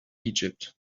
egypt